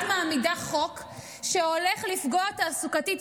את מעמידה חוק שהולך לפגוע תעסוקתית.